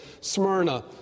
Smyrna